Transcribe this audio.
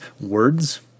words